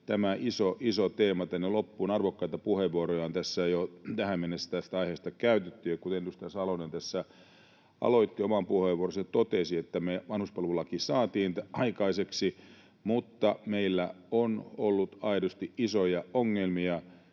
tämä iso teema jäi tänne loppuun. Arvokkaita puheenvuoroja on tässä jo tähän mennessä tästä aiheesta käytetty, ja kuten edustaja Salonen tässä aloitti oman puheenvuoronsa ja totesi, me saatiin vanhuspalvelulaki aikaiseksi, mutta meillä on ollut aidosti isoja ongelmia